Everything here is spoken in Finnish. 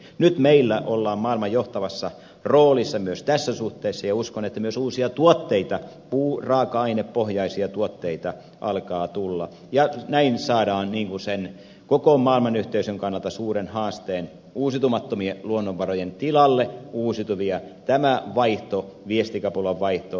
nyt meillä ollaan maailman johtavassa roolissa myös tässä suhteessa ja uskon että myös uusia tuotteita puuraaka ainepohjaisia tuotteita alkaa tulla ja näin saadaan sen koko maailmanyhteisön kannalta suuren haasteen uusiutumattomien luonnonvarojen tilalle uusiutuvia viestikapulan vaihto